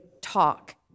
talk